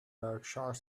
berkshire